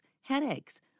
headaches